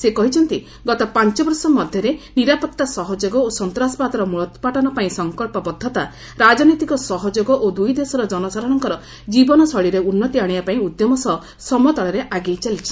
ସେ କହିଛନ୍ତି ଗତ ପାଞ୍ଚ ବର୍ଷ ମଧ୍ୟରେ ନିରାପତ୍ତା ସହଯୋଗ ଓ ସନ୍ତାସବାଦର ମ୍ମଳୋତ୍ପାଟନ ପାଇଁ ସଂକଳ୍ପବଦ୍ଧତା' ରାଜନୈତିକ ସହଯୋଗ ଓ ଦୁଇ ଦେଶର ଜନସାଧାରଣଙ୍କର ଜୀବନ ଶୈଳୀରେ ଉନ୍ନତି ଆଣିବା ପାଇଁ ଉଦ୍ୟମ ସହ ସମତାଳରେ ଆଗେଇ ଚାଲିଛି